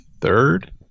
Third